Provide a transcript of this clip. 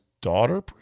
daughter